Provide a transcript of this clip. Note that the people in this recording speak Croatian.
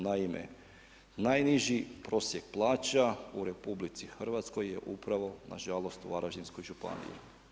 Naime, najniži prosjek plaća u RH je upravo, nažalost u Varaždinskoj županiji.